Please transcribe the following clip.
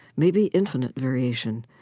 maybe infinite variation.